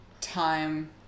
time